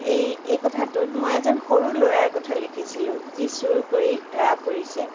এই এই কথাটোত মই এজন সৰু ল'ৰাৰ কথা লিখিছিলোঁ যি চোৰ কৰি ধৰা পৰিছে